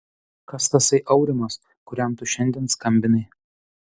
kas tasai aurimas kuriam tu šiandien skambinai